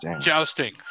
Jousting